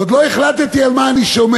עוד לא החלטתי על מה אני שומר.